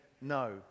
No